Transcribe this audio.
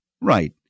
Right